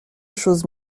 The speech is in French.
chose